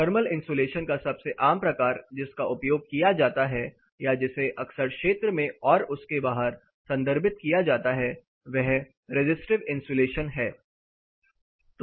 thermal insulation का सबसे आम प्रकार जिसका उपयोग किया जाता है या जिसे अक्सर क्षेत्र में और उसके बाहर संदर्भित किया जाता है वह रिज़िस्टिव इन्सुलेशन है